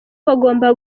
bagomba